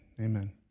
Amen